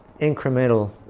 incremental